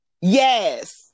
Yes